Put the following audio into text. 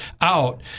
out